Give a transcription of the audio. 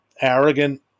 arrogant